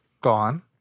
Gone